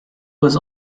was